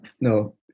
no